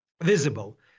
visible